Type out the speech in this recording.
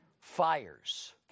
Fires